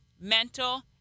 mental